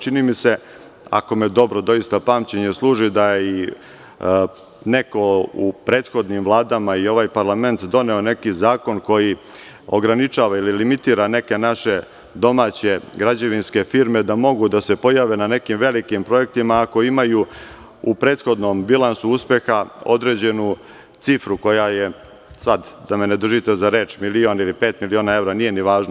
Čini mi se, ako me dobro pamćenje služi, da je neko i u prethodnim vladama i ovaj parlament doneo neki zakon koji ograničava i limitira neke naše domaće građevinske firme da mogu da se pojave na nekim velikim projektima ako imaju u prethodnom bilansu uspeha određenu cifru koja je, sad nemojte da me držite za reč, milion ili pet miliona evra, nije ni važno.